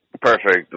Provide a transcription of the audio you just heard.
Perfect